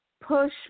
push